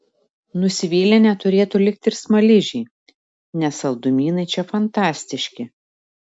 nusivylę neturėtų likti ir smaližiai nes saldumynai čia fantastiški